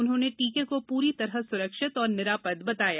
उन्होंने टीके को पूरी तरह सुरक्षित और निरापद बताया